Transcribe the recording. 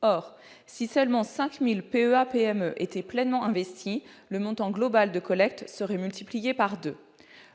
Or, si seulement 5 000 PEA-PME étaient pleinement investis, le montant global de la collecte serait multiplié par deux.